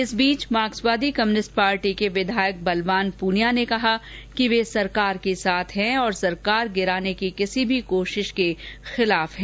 इस बीच मार्क्सवादी कम्यूनिस्ट पार्टी के विधायक बलवान पूनिया ने कहा कि वे सरकार के साथ है और सरकार गिराने की किसी मी कोशिश के खिलाफ हैं